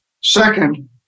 Second